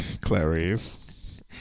Clarice